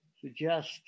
suggest